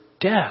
death